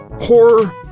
horror